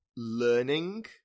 Learning